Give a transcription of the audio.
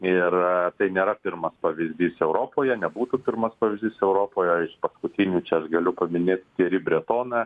ir tai nėra pirmas pavyzdys europoje nebūtų pirmas pavyzdys europoje paskutinį čia aš galiu paminėti ri bretoną